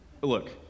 Look